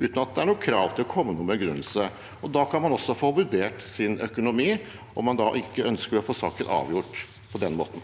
uten at det er noe krav om å komme med noen begrunnelse. Da kan man også få vurdert sin økonomi, om man da ikke ønsker å få saken avgjort på den måten.